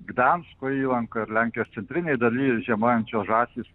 gdansko įlankoj ir lenkijos centrinėj daly žiemojančios žąsys